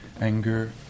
anger